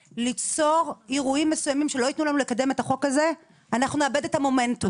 ליצור אירועים שלא ייתנו לנו לקדם את החוק הזה - נאבד את המומנטום.